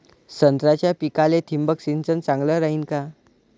संत्र्याच्या पिकाले थिंबक सिंचन चांगलं रायीन का?